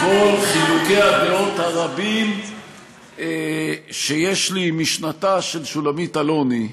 עם כל חילוקי הדעות הרבים שיש לי עם משנתה של שולמית אלוני,